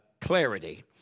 clarity